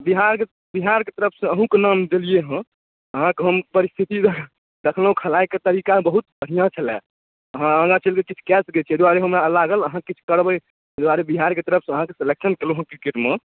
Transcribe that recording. बिहार बिहार के तरफ सऽ अहूँके नाम देलियै हँ अहाँके हम परिस्थिति देखलहुॅं खलाइके तरीका बहुत बढ़िआँ छलए हँ आगाँ चलिके किछु कए सकै छियै तेँ हमरा लागल आहाँ किछु करबै ताहि दुआरे बिहार के तरफ सऽ सेलेक्शन केलहुॅं हँ क्रिकेटमे